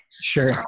sure